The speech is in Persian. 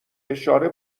اشاره